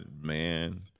man